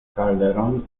calderón